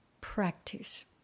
practice